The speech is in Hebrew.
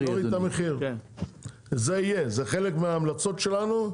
זה יהיה, זה חלק מההמלצות שלנו,